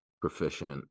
proficient